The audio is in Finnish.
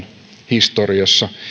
historiassa